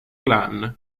clan